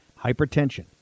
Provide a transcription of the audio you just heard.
Hypertension